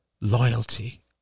loyalty